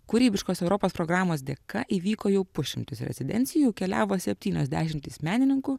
kūrybiškos europos programos dėka įvyko jau pusšimtis rezidencijų keliavo septynios dešimtys menininkų